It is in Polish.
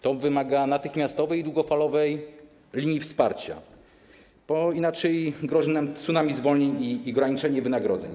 To wymaga natychmiastowej i długofalowej linii wsparcia, bo inaczej grozi nam tsunami zwolnień i ograniczenie wynagrodzeń.